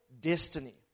destiny